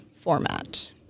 format